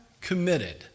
committed